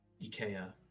Ikea